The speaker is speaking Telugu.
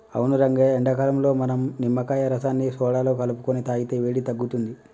అవును రంగయ్య ఎండాకాలంలో మనం నిమ్మకాయ రసాన్ని సోడాలో కలుపుకొని తాగితే వేడి తగ్గుతుంది